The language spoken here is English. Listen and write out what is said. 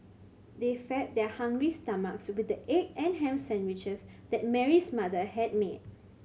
they fed their hungry stomachs with the egg and ham sandwiches that Mary's mother had made